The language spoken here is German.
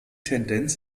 tendenz